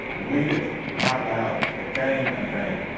read it out loud again and again.